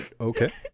Okay